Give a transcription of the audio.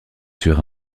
sur